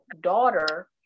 daughter